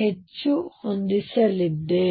ಹೆಚ್ಚು ಹೊಂದಿಸಿದ್ದೇನೆ